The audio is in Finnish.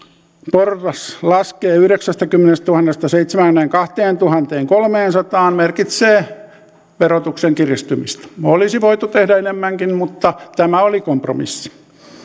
porras laskee yhdeksästäkymmenestätuhannesta seitsemäänkymmeneenkahteentuhanteenkolmeensataan merkitsee verotuksen kiristymistä olisi voitu tehdä enemmänkin mutta tämä oli kompromissi